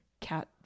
cat